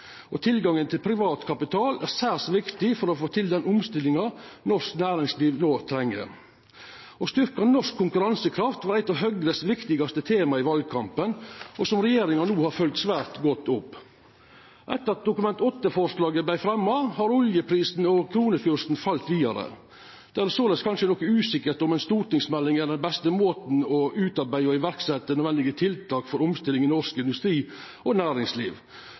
og vanlege i næringslivet, og tilgangen til privat kapital er særs viktig for å få til den omstillinga norsk næringsliv no treng. Å styrkja norsk konkurransekraft var eit av Høgres viktigaste tema i valkampen, som regjeringa no har følgt svært godt opp. Etter at Dokument 8-forslaget vart fremja, har oljeprisen og kronekursen falle vidare. Det er såleis noko usikkert om ei stortingsmelding er den beste måten for å utarbeida og setja i verk nødvendige tiltak for omstilling i norsk industri og næringsliv.